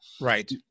Right